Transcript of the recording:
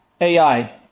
AI